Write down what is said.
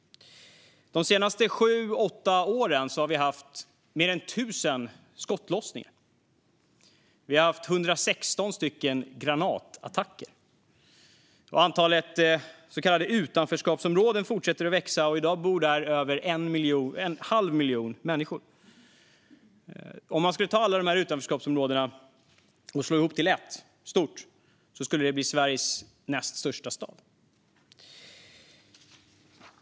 De senaste sju åtta åren har vi haft mer än 1 000 skottlossningar. Vi har haft 116 stycken granatattacker. Antalet så kallade utanförskapsområden fortsätter att växa, och i dag bor där över en halv miljon människor. Om man skulle slå ihop alla dessa utanförskapsområden och göra dem till ett område skulle det bli lika stort som Sveriges näst största stad.